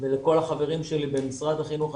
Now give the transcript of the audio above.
ולכל החברים שלי במשרד החינוך.